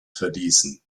verließen